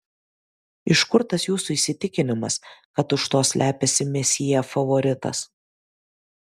iš kur tas jūsų įsitikinimas kad už to slepiasi mesjė favoritas